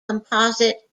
composite